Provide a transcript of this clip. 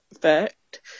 fact